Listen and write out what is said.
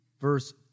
verse